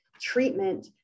treatment